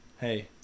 Hey